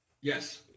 Yes